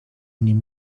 nim